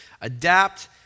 adapt